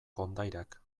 kondairak